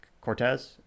cortez